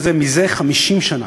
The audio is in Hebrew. זה 50 שנה,